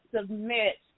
submit